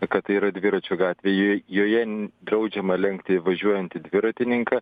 kad tai yra dviračių gatvėjejoj joje draudžiama lenkti važiuojantį dviratininką